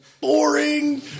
boring